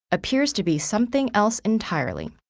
appears to be something else entirely.